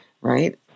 right